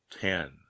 ten